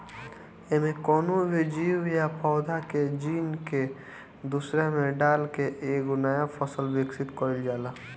एमे कवनो भी जीव या पौधा के जीन के दूसरा में डाल के एगो नया फसल विकसित कईल जाला